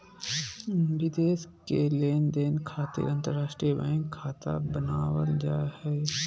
विदेश के लेनदेन खातिर अंतर्राष्ट्रीय बैंक खाता बनावल जा हय